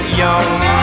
young